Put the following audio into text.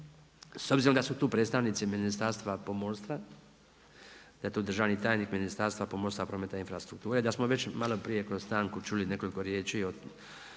S obzirom da su tu predstavnici Ministarstva pomorstva, da je tu državni tajnik Ministarstva pomorstva, prometa i infrastrukture, da smo već malo prije kroz stanku čuli i nekoliko riječi od